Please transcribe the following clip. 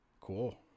Cool